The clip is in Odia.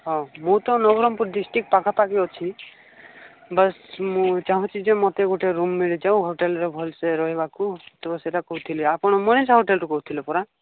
ହଁ ମୁଁ ତ ନବରଙ୍ଗପୁର୍ ଡିଷ୍ଟ୍ରିକ୍ଟ ପାଖା ପାଖି ଅଛି ବାସ୍ ମୁଁ ଚାହୁଁଛି ଯେ ମୋତେ ଗୋଟେ ରୁମ୍ ମିଳି ଯାଉ ହୋଟେଲ୍ରେ ଭଲରେ ରହିବାକୁ ସେଇଟା କହୁଥିଲି ଆପଣ ମନୀଷା ହୋଟେଲ୍ରୁ କହୁଥିଲେ ପରା